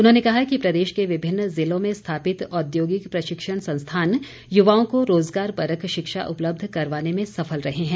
उन्होंने कहा कि प्रदेश के विभिन्न जिलों में स्थापित औद्योगिक प्रशिक्षण संस्थान युवाओं को रोजगार परक शिक्षा उपलब्ध करवाने में सफल रहे हैं